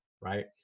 right